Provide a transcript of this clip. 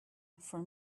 for